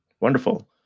Wonderful